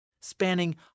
spanning